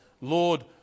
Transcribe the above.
Lord